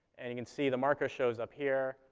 and you can see, the marker shows up here,